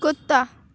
کتا